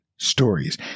stories